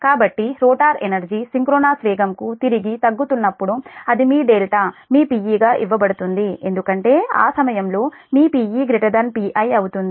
కాబట్టి rotor energy synchronous వేగం కు తిరిగి తగ్గుతున్నప్పుడు అది మీ మీ Pe గా ఇవ్వబడుతుంది ఎందుకంటే ఆ సమయంలో మీ Pe Pi అవుతుంది